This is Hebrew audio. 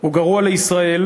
הוא גרוע לישראל,